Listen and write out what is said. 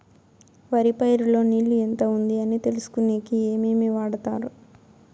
వరి పైరు లో నీళ్లు ఎంత ఉంది అని తెలుసుకునేకి ఏమేమి వాడతారు?